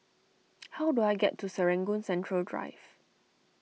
how do I get to Serangoon Central Drive